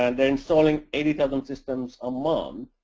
and they're installing eighty thousand systems um um